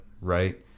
Right